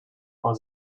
for